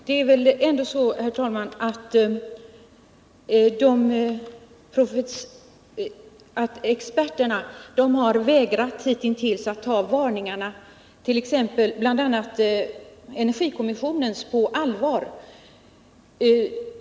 Herr talman! Experterna har hittills vägrat att ta bl.a. energikommissionens varningar på allvar.